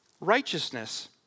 righteousness